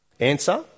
Answer